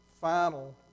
final